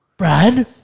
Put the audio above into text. Brad